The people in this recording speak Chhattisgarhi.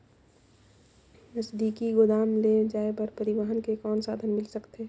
नजदीकी गोदाम ले जाय बर परिवहन के कौन साधन मिल सकथे?